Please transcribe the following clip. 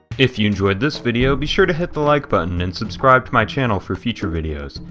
if you enjoyed this video, be sure to hit the like button and subscribe to my channel for future videos.